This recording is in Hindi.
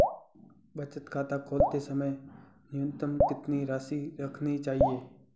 बचत खाता खोलते समय न्यूनतम कितनी राशि रखनी चाहिए?